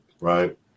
Right